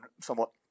somewhat